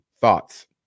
Thoughts